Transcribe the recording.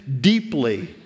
deeply